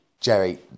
Jerry